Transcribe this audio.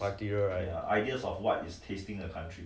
criteria right